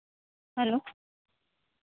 hello